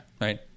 Right